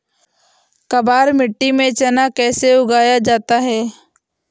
काबर मिट्टी में चना कैसे उगाया जाता है?